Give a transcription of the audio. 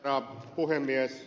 herra puhemies